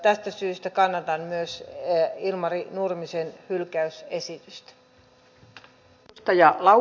tästä syystä kannatan ilmari nurmisen hylkäysesitystä